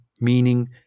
meaning